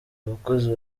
abakozi